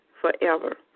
forever